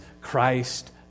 Christ